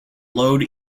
load